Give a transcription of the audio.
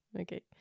Okay